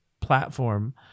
platform